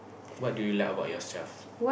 what do you like about yourself